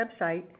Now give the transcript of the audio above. website